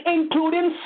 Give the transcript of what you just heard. Including